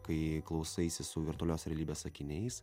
kai klausaisi su virtualios realybės akiniais